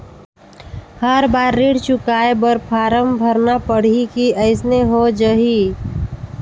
हर बार ऋण चुकाय बर फारम भरना पड़ही की अइसने हो जहीं?